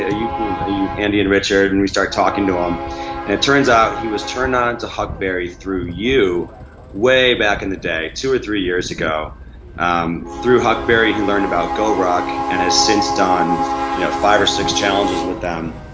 ah you you andy and richard and we started talking to him. and it turns out he was turned on to huckberry through you way back in the day, two or three years ago um through huckberry who learned about goruck and has since done you know five or six challenges with them.